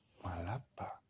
malapa